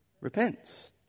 repents